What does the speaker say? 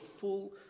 full